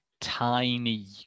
tiny